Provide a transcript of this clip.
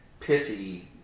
pissy